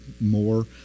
more